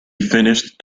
finished